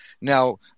Now